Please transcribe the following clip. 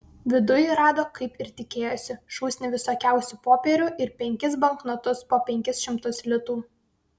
viduj rado kaip ir tikėjosi šūsnį visokiausių popierių ir penkis banknotus po penkis šimtus litų